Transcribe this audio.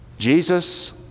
Jesus